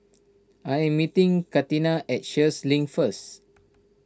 I am meeting Catina at Sheares Link first